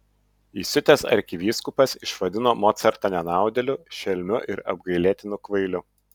įsiutęs arkivyskupas išvadino mocartą nenaudėliu šelmiu ir apgailėtinu kvailiu